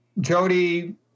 Jody